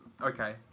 Okay